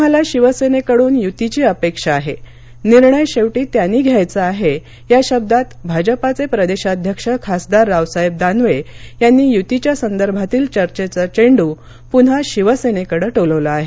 आम्हाला शिवसेनेकडून यूतीची अपेक्षा आहे निर्णय शेवटी त्यांनी घ्यायचा आहे या शब्दात भाजपाचे प्रदेशाध्यक्ष खासदार रावसाहेब दानवे यांनी यूतीच्या संदर्भातील चर्घेचा चेंडू पुन्हा शिवसेनेकडे टोलावला आहे